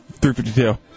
352